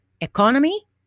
economy